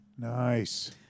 Nice